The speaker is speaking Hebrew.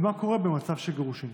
4. מה קורה במצב של גירושין?